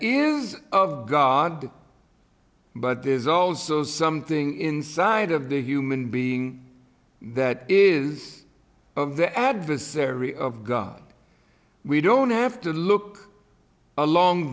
is of god but there's also something inside of the human being that is of the adversary of god we don't have to look a long